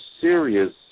serious